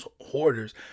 hoarders